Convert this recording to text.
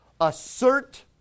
assert